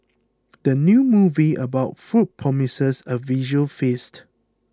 the new movie about food promises a visual feast